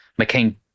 McCain